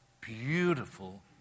beautiful